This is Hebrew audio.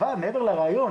אבל מעבר לריאיון,